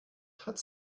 hat